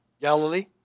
galilee